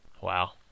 Wow